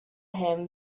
him